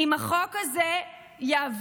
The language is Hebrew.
אם החוק הזה יעבור,